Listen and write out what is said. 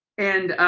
and